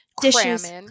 dishes